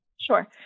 sure